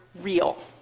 real